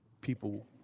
people